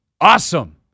awesome